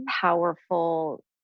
powerful